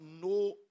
no